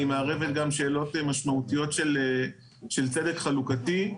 היא מערבת גם שאלות משמעותיות של צדק חלוקתי.